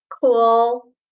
cool